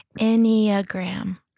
Enneagram